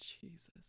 Jesus